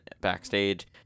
backstage